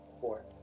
Four